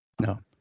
No